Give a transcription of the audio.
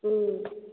ꯎꯝ